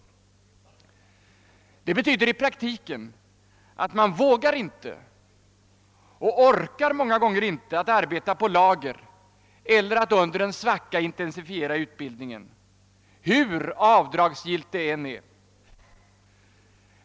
Det betyder i praktiken att de många gånger inte vågar och orkar arbeta på lager eller under en konjunktursvacka intensifiera utbildningen, hur avdragsgillt detta än är.